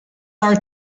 are